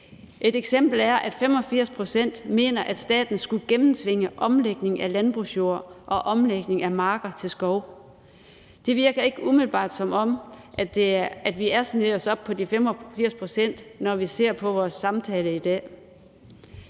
Et eksempel er, at 85 pct. mener, at staten skulle gennemtvinge omlægning af landbrugsjord og omlægning af marker til skov. Det virker ikke umiddelbart, som om vi er ved at snige os op på de 85 pct., når vi ser på vores samtale i dag.